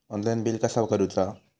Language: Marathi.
ऑनलाइन बिल कसा करुचा?